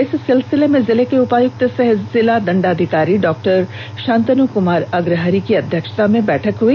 इस सिलसिले में जिले के उपायुक्त सह जिला दंडाधिकारी डॉ शांतनु कुमार अग्रहरि की अध्यक्षता में बैठक हुई